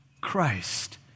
Christ